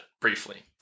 briefly